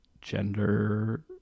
gender